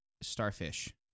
starfish